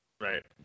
right